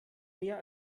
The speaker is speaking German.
mehr